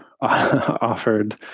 offered